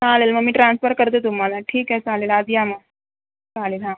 चालेल मग मी ट्रान्सफर करते तुम्हाला ठीक आहे चालेल आज या मग चालेल हां